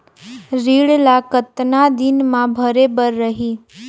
ऋण ला कतना दिन मा भरे बर रही?